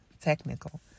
technical